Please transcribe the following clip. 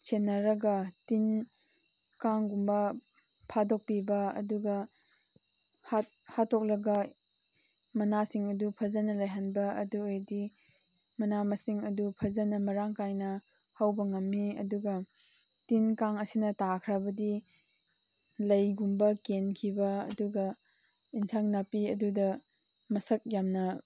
ꯁꯦꯟꯅꯔꯒ ꯇꯤꯟ ꯀꯥꯡꯒꯨꯝꯕ ꯐꯥꯗꯣꯛꯄꯤꯕ ꯑꯗꯨꯒ ꯍꯥꯠꯇꯣꯛꯂꯒ ꯃꯅꯥꯁꯤꯡ ꯑꯗꯨ ꯐꯖꯅ ꯂꯩꯍꯟꯕ ꯑꯗꯨꯑꯣꯏꯗꯤ ꯃꯅꯥ ꯃꯁꯤꯡ ꯑꯗꯨ ꯐꯖꯅ ꯃꯔꯥꯡ ꯀꯥꯏꯅ ꯍꯧꯕ ꯉꯝꯃꯤ ꯑꯗꯨꯒ ꯇꯤꯟ ꯀꯥꯡ ꯑꯁꯤꯅ ꯇꯥꯈ꯭ꯔꯕꯗꯤ ꯂꯩꯒꯨꯝꯕ ꯀꯦꯟꯈꯤꯕ ꯑꯗꯨꯒ ꯑꯦꯟꯁꯥꯡ ꯅꯥꯄꯤ ꯑꯗꯨꯗ ꯃꯁꯛ ꯌꯥꯝꯅ